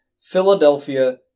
Philadelphia